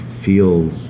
feel